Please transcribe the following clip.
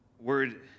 word